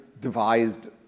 devised